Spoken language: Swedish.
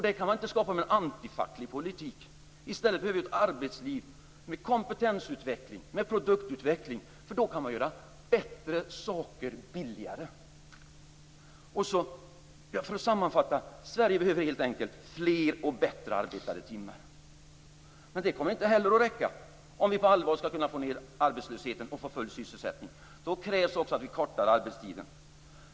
Det kan man inte skapa med en antifacklig politik. I stället behöver vi ett arbetsliv med kompetensutveckling och produktutveckling. Då kan man göra bättre saker billigare. För att sammanfatta det hela: Sverige behöver helt enkelt fler och bättre arbetade timmar. Men det kommer inte heller att räcka om vi på allvar skall kunna få ned arbetslösheten och få full sysselsättning. Då krävs också att vi kortar arbetstiden.